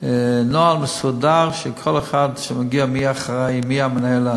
נוהל מסודר שבו כל אחד שמגיע, מי אחראי, מי המנהל.